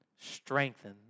strengthen